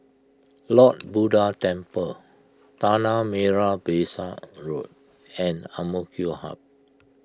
Lord Buddha Temple Tanah Merah Besar Road and Amk Hub